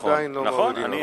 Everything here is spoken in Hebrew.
שעדיין לא מורידים.